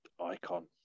icon